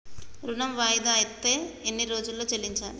ఋణం వాయిదా అత్తే ఎన్ని రోజుల్లో చెల్లించాలి?